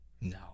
No